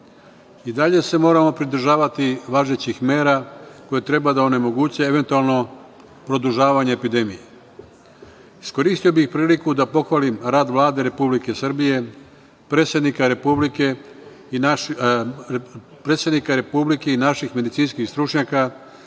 I dalje se moramo pridržavati važećih mera koje treba da onemoguće eventualno produžavanje epidemije. Iskoristio bih priliku da pohvalim rad Vlade Republike Srbije, predsednika Republike i naših medicinskih stručnjaka